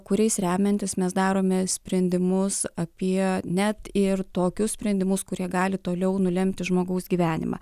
kuriais remiantis mes darome sprendimus apie net ir tokius sprendimus kurie gali toliau nulemti žmogaus gyvenimą